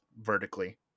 vertically